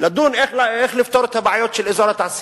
לדון איך לפתור את הבעיות של אזור התעשייה.